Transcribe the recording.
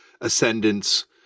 ascendance